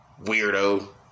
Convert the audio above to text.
weirdo